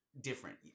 different